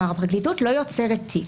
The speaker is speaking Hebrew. הפרקליטות לא יוצרת תיק.